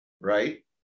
right